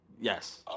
Yes